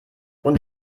und